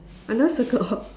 I never circle all